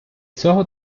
цього